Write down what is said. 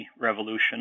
revolution